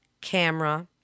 camera